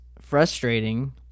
frustrating